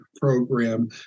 program